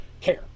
care